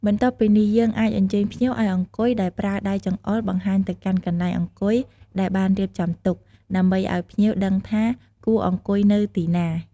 បន្ទាប់ពីនេះ យើងអាចអញ្ជើញភ្ញៀវឲ្យអង្គុយដោយប្រើដៃចង្អុលបង្ហាញទៅកាន់កន្លែងអង្គុយដែលបានរៀបចំទុក ដើម្បីឲ្យភ្ញៀវដឹងថាគួរអង្គុយនៅទីណា។